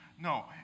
no